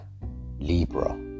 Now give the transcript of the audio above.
Libra